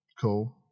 cool